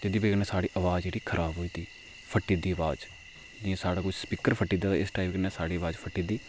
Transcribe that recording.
एह्दी बजह् कन्नै साढ़ी अवाज जेह्ड़ी खराब होई दी फट्टी दी अवाज जि'यां साढ़ा कोई स्पीकर फट्टी दा ते इस टाइप नै साढ़ी अवाज फट्टी दी